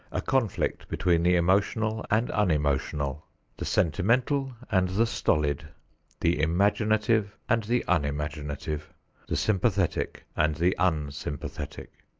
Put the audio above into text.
a conflict between the emotional and unemotional the sentimental and the stolid the imaginative and the unimaginative the sympathetic and the unsympathetic.